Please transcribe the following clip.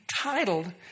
titled